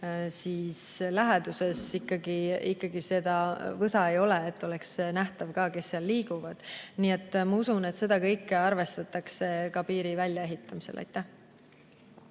piiri läheduses ikkagi seda võsa ei ole, et oleks nähtav ka, kes seal liiguvad. Nii et ma usun, et seda kõike arvestatakse ka piiri väljaehitamisel. Henn